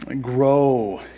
grow